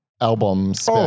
albums